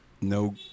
No